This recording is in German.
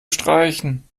streichen